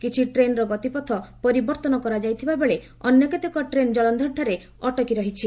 କିଛି ଟ୍ରେନ୍ର ଗତିପଥ ପରିବର୍ତ୍ତନ କରାଯାଇଥିବାବେଳେ ଅନ୍ୟ କେତେକ ଟ୍ରେନ୍ ଜଳନ୍ଧରଠାରେ ଅଟକି ରହିଛି